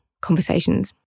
conversations